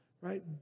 right